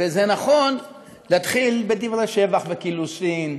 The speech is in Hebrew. ונכון להתחיל בדברי שבח וקילוסין,